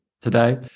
today